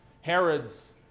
Herod's